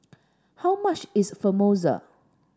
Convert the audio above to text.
how much is Samosa